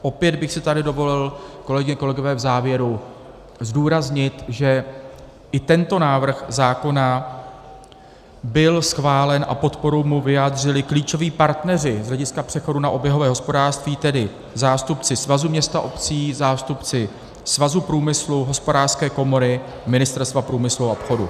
Opět bych si tady dovolil, kolegyně, kolegové, v závěru zdůraznit, že i tento návrh zákona byl schválen a podporu mu vyjádřili klíčoví partneři z hlediska přechodu na oběhové hospodářství, tedy zástupci Svazu měst a obcí, zástupci Svazu průmyslu, Hospodářské komory a Ministerstva průmyslu a obchodu.